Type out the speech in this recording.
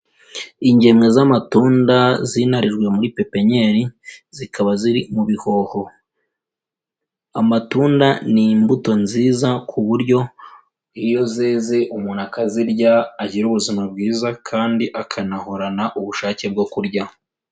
Ingemwe z'amatunda zinarijwe muri pepenyeri, zikaba ziri mu bihoho. Amatunda ni imbuto nziza ku buryo iyo zeze umuntu akazirya ,agira ubuzima bwiza kandi akanahorana ubushake bwo kurya.